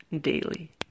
daily